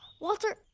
walter?